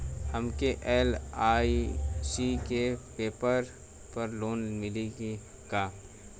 हमके एल.आई.सी के पेपर पर लोन मिली का?